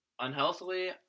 Unhealthily